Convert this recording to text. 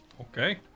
Okay